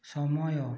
ସମୟ